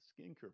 skincare